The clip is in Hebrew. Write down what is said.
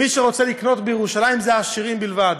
מי שרוצה לקנות בירושלים, זה עשירים בלבד.